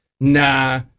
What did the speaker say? Nah